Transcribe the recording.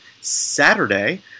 Saturday